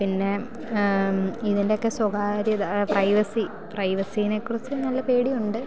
പിന്നെ ഇതിൻ്റെയൊക്കെ സ്വകാര്യത പ്രൈവസി പ്രൈവസീനെ കുറിച്ച് നല്ല പേടിയുണ്ട്